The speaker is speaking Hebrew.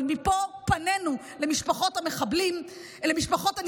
אבל מפה פנינו למשפחות הנרצחים.